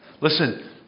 Listen